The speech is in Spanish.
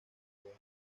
vídeo